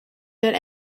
that